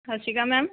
ਸਤਿ ਸ਼੍ਰੀ ਅਕਾਲ ਮੈਮ